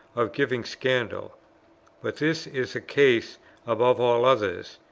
of giving scandal but this is a case above all others,